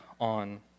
on